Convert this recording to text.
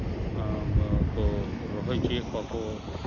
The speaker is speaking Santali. ᱠᱚ ᱨᱚᱦᱚᱭ ᱦᱚᱪᱚᱭᱮᱫ ᱠᱚᱣᱟ ᱠᱚ